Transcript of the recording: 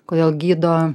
kodėl gydo